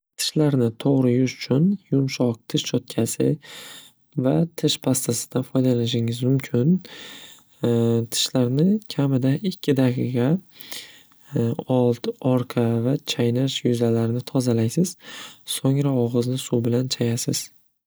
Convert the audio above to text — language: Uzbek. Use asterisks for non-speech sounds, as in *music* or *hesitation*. Tishlarni to'g'ri yuvish uchun yumshoq tish cho'tkasi va tish pastasidan foydalanishingiz mumkin. *hesitation* Tishlarni kamida ikki daqiqa *hesitation* old orqa va chaynash yuzalarini tozalaysiz so'ngra og'izni suv bilan chayasiz.